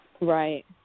Right